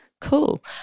cool